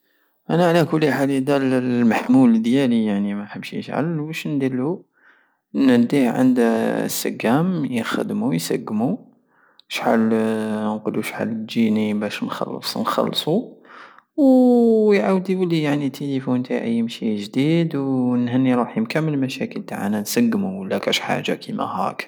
انا على كل حال المحمول ديالي يعني محبش يشعل واش نديرلو نديه عند السقام يخدمو يسقمو شحال- نقولو شحال تجيني بش نخلص نخلصو ويعاود يولي يعني التيليفون تاعي يمشي جديد ونهني روحي من كامل المشاكل تع تسقمو ولا كش حاجة كيما هاك